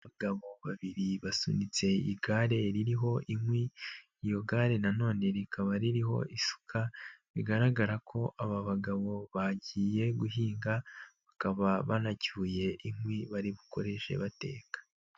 Abagabo babiri basunitse igare ririho inkwi, iryo gare na none rikaba ririho isuka bigaragara ko aba bagabo bagiye guhinga, bakaba banacyuye inkwi bari bukoreshe bateka.